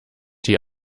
die